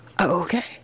okay